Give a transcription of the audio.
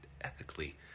ethically